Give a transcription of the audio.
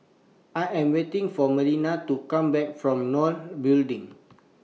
I Am waiting For Marlena to Come Back from NOL Building